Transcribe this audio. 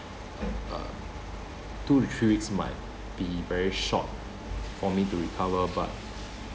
uh two to three weeks might be very short for me to recover but